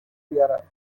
بیارم